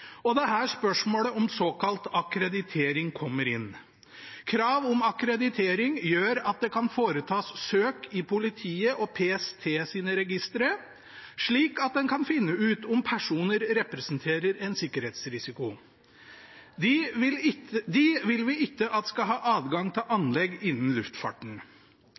Det er her spørsmålet om såkalt akkreditering kommer inn. Krav om akkreditering gjør at det kan foretas søk i politiets og PSTs registre, slik at en kan finne ut om personer representerer en sikkerhetsrisiko. De vil vi ikke at skal ha adgang til anlegg innen luftfarten.